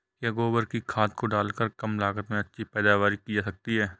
क्या गोबर की खाद को डालकर कम लागत में अच्छी पैदावारी की जा सकती है?